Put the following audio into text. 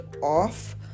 off